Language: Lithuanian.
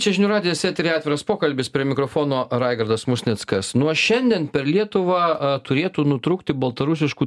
čia žinių radijas eteryje atviras pokalbis prie mikrofono raigardas musnickas nuo šiandien per lietuvą turėtų nutrūkti baltarusiškų